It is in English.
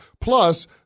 Plus